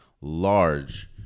large